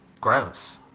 Gross